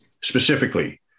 Specifically